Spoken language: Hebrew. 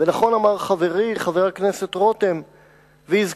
ונכון אמר חברי חבר הכנסת רותם והזכיר